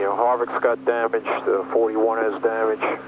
harvick's got damage. the forty one has damage.